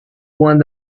point